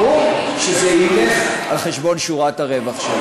ברור שזה ילך על חשבון שורת הרווח שלו.